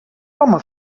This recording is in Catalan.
home